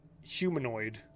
humanoid